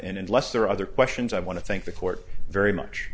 and unless there are other questions i want to thank the court very much